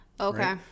Okay